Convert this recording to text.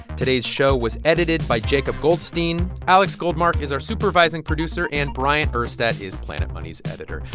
today's show was edited by jacob goldstein. alex goldmark is our supervising producer. and bryant urstadt is planet money's editor.